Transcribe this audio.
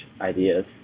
ideas